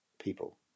people